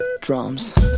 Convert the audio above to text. drums